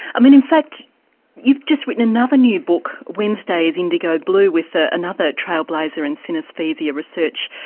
i mean in fact you've just written another new book, wednesday is indigo blue, with ah another trailblazer in synesthesia research,